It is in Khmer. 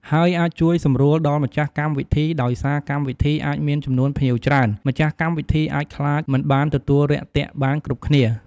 ហើយអាចជួយសម្រួលដល់ម្ចាស់កម្មវិធី ដោយសារកម្មវិធីអាចមានចំនួនភ្ញៀវច្រើន ម្ចាស់កម្មវិធីអាចខ្លាចមិនបានទទួលរាក់ទាក់បានគ្រប់គ្នា។